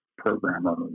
programmer